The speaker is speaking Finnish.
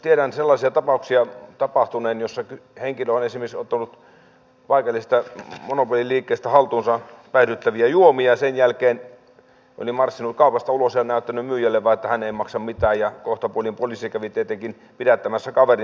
tiedän sellaisia tapauksia tapahtuneen joissa henkilö oli esimerkiksi ottanut paikallisesta monopoliliikkeestä haltuunsa päihdyttäviä juomia ja sen jälkeen marssinut kaupasta ulos ja näyttänyt myyjälle vain että hän ei maksa mitään ja kohtapuoliin poliisi oli käynyt tietenkin pidättämässä kaverin